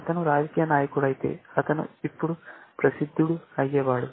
అతను రాజకీయ నాయకుడైతే అతను ఇప్పుడు ప్రసిద్ధుడు అయ్యేవాడు